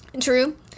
True